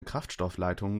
kraftstoffleitungen